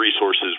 resources